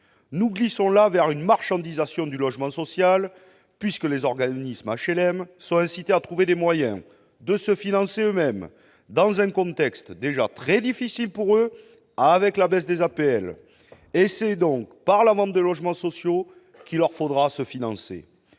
Nous glissons là vers une marchandisation du logement social, puisque les organismes d'HLM sont incités à trouver les moyens de se financer eux-mêmes, dans un contexte déjà très difficile pour eux avec la baisse des APL. C'est donc par la vente de logements sociaux qu'il leur faudra se financer.